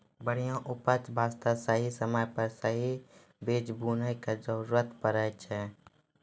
बढ़िया उपज वास्तॅ सही समय पर सही बीज बूनै के जरूरत पड़ै छै